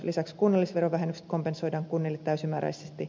lisäksi kunnallisverovähennykset kompensoidaan kunnille täysimääräisesti